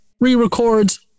re-records